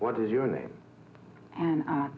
what is your name and